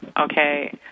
okay